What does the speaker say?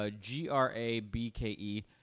G-R-A-B-K-E